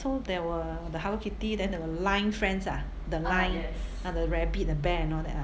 so there were the Hello Kitty then the Line friends ah the Line ah the rabbit the bear and all that ah